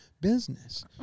business